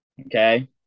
Okay